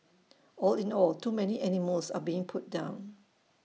all in all too many animals are being put down